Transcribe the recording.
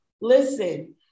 Listen